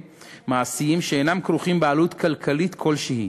מעשיים שאינם כרוכים בעלות כלכלית כלשהי: